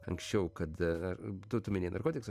anksčiau kada tu minėjai narkotikus